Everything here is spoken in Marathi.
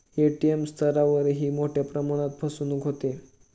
ए.टी.एम स्तरावरही मोठ्या प्रमाणात फसवणूक होते